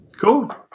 Cool